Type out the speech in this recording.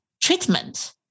treatment